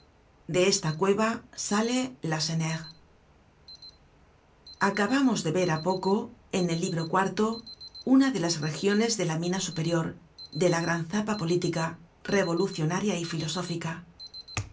de esta cueva sale lacenaire acabamos de ver há poco en el libro cuarto una de las regiones de la mina superior de la gran zapa política revolucionaria y filosófica